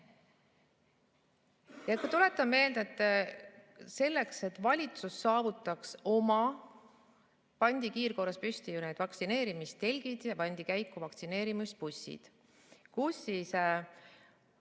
Tuletan meelde: selleks, et valitsus saavutaks oma, pandi kiirkorras püsti vaktsineerimistelgid ja lasti käiku vaktsineerimisbussid, kus täiesti